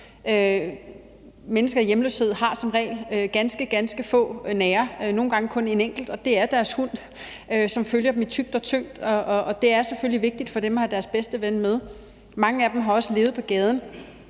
Mennesker i hjemløshed har som regel nogle ganske, ganske få nære, nogle gange kun en enkelt, og det er deres hund, som følger dem i tykt og tyndt, og det er selvfølgelig vigtigt for dem at have deres bedste ven med. Mange af dem har også levet på gaden